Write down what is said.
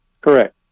Correct